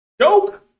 Joke